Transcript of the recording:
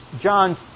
John